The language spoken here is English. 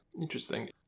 Interesting